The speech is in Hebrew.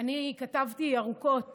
אני כתבתי ארוכות